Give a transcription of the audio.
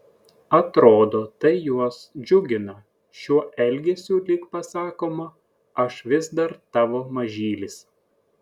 atrodo tai juos džiugina šiuo elgesiu lyg pasakoma aš vis dar tavo mažylis